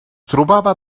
trobava